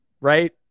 Right